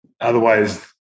otherwise